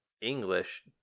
English